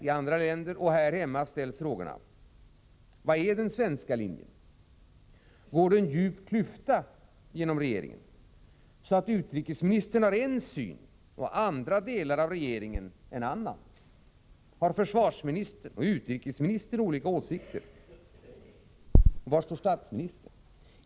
I andra länder och här hemma ställs frågorna: Vad är den svenska linjen? Går det en djup klyfta genom regeringen, så att utrikesministern har en syn och andra delar av regeringen en annan? Har försvarsministern och utrikesministern olika åsikter, och var står statsministern?